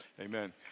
amen